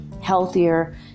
healthier